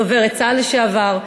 דוברת צה"ל לשעבר,